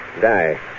Die